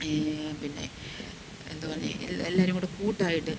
പിന്നെ എന്തുപറഞ്ഞേ എല്ലാവരും കൂടെ കൂട്ടായിട്ട്